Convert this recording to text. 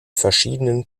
verschiedenen